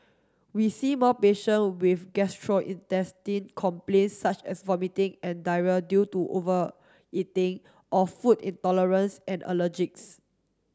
we see more patient with complaint such as vomiting and diarrhoea due to overeating or food intolerance and allergics